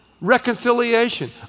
reconciliation